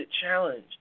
Challenge